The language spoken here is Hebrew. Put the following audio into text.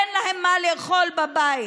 אין להם מה לאכול בבית.